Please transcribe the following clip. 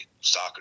soccer